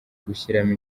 gushyiramo